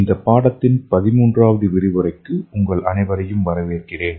இந்த பாடத்தின் பதிமூன்றாவது விரிவுரைக்கு உங்கள் அனைவரையும் வரவேற்கிறேன்